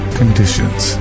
conditions